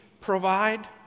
provide